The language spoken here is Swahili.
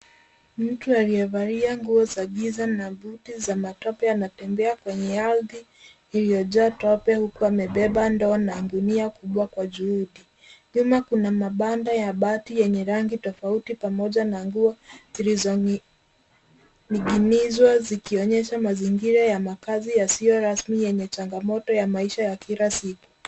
Mtu aliyevalia nguo za giza na buti za matope anatembea kwenye ardhi iliyojaa matope huku amebeba ndoo na gunia kubwa kwa juhudi. Nyuma kuna mabanda ya baadhi yenye rangi tofauti pamoja na nguo zilizoning'inizwa zikionyesha mazingira ya makazi yasiyo rasmi yenye changamoto ya maisha ya kila siku